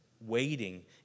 waiting